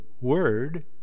word